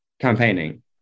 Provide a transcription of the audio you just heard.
campaigning